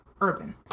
urban